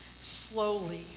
slowly